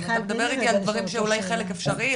דבר איתי על דברים שאולי חלק אפשריים,